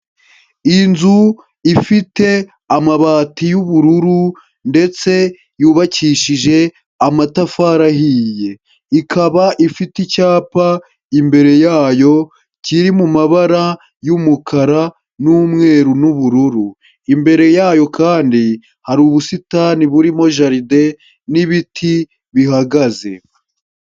Inzu ifite amabati y'ubururu ndetse yubakishije amatafari ahiye. Ikaba ifite icyapa imbere yayo kiri mu mabara y'umukara, n'umweru, n'ubururu. Imbere yayo kandi hari ubusitani burimo jaride n'ibiti bihagaze.